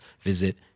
visit